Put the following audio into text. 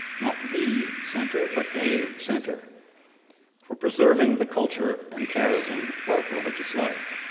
not the center, but a center for preserving the culture and charism of religious life.